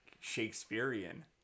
Shakespearean